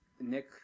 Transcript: nick